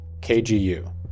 kgu